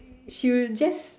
she will just